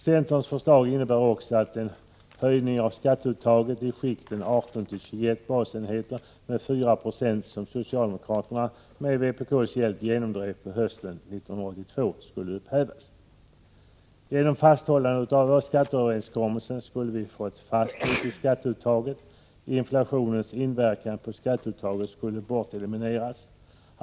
Centerns förslag innebär också att den höjning av skatteuttaget i skikten 18-21 basenheter med 4 96 som socialdemokraterna med vpk:s hjälp genomdrev på hösten 1982 skall upphävas. Genom fasthållande vid skatteöverenskommelsen skulle vi få en fasthet i skatteuttaget. Inflationens inverkan på skatteuttaget skulle elimineras.